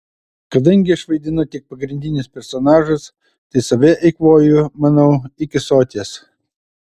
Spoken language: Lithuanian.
kadangi aš vaidinu tik pagrindinius personažus tai save eikvoju manau iki soties